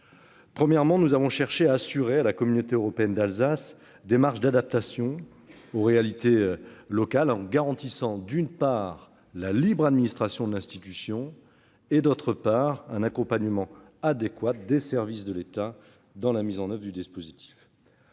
Premièrement, nous avons cherché à assurer à la CEA des marges d'adaptation aux réalités locales, en garantissant, d'une part, la libre administration de l'institution, et, d'autre part, un accompagnement adéquat des services de l'État dans la mise en oeuvre du dispositif.